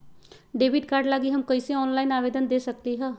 Debit card लागी हम कईसे ऑनलाइन आवेदन दे सकलि ह?